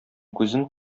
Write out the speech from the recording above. күзен